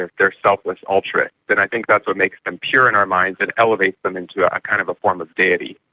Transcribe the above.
they're selfless altruists, and i think that's what makes them pure in our minds and elevates them into a kind of a form of deity.